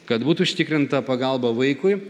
kad būtų užtikrinta pagalba vaikui